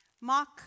Mark